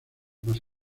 más